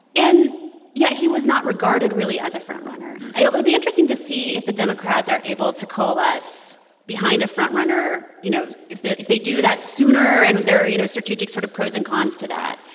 and yet, he was not regarded really as a front-runner it'll it'll be interesting to see if the democrats are able to coalesce behind a front-runner. you know, if they if they do that sooner, and there are, you know, strategic sort of pros and cons to that.